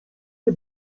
nie